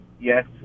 yes